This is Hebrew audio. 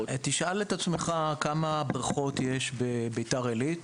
--- תשאל את עצמך כמה בריכות יש בביתר עילית